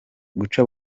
guca